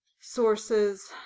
sources